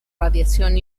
radiación